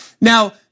Now